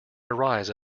arise